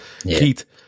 Keith